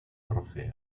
trofeo